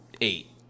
eight